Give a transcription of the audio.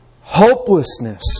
Hopelessness